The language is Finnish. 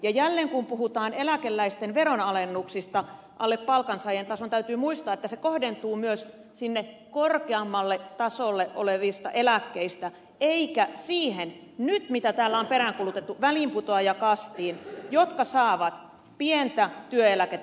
ja jälleen kun puhutaan eläkeläisten veronalennuksista alle palkansaajien tason täytyy muistaa että ne kohdentuvat myös niihin korkeammalla tasolla oleviin eläkkeisiin eivätkä siihen joukkoon mitä nyt täällä on peräänkuulutettu väliinputoajakastiin joka saa pientä työeläkettä